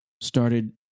started